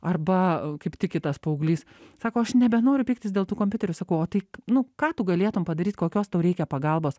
arba kaip tik kitas paauglys sako aš nebenoriu pyktis dėl tų kompiuterių sakau o tai nu ką tu galėtum padaryt kokios tau reikia pagalbos